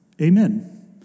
Amen